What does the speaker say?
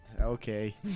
Okay